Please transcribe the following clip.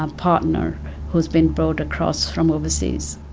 um partner who has been brought across from overseas.